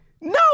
no